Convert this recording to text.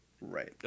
right